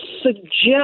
suggest